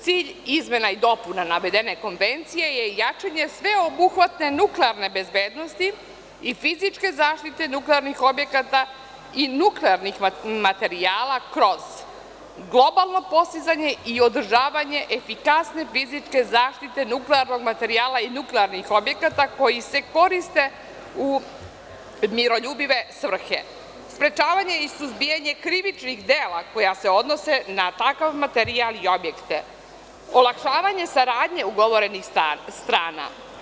Cilj izmena i dopuna navedene Konvencije je jačanje sveobuhvatne nuklearne bezbednosti i fizičke zaštite nuklearnih objekata i nuklearnih materijala kroz: globalno postizanje i održavanje efikasne fizičke zaštite nuklearnog materijala i nuklearnih objekata koji se koriste u miroljubive svrhe; sprečavanje i suzbijanje krivičnih dela koja se odnose na takav materijal i objekte; olakšavanje saradnje ugovornih strana.